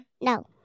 No